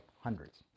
hundreds